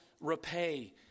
repay